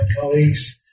colleagues